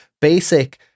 basic